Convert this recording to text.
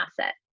asset